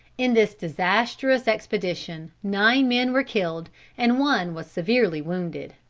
in this disastrous expedition, nine men were killed and one was severely wounded.